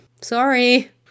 Sorry